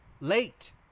late